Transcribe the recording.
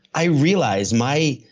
i realize my.